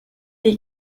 des